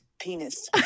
penis